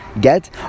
get